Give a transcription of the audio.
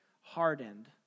hardened